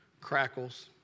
crackles